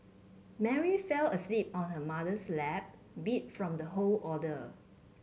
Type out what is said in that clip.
Mary fell asleep on her mother's lap beat from the whole order